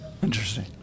Interesting